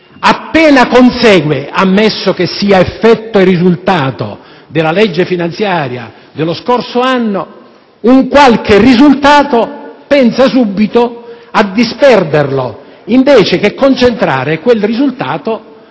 appena consegue - ammesso che sia effetto e risultato della legge finanziaria dello scorso anno - un qualche risultato, pensa subito a disperderlo, invece che concentrare quel risultato